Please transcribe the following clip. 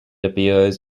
appears